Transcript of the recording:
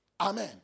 Amen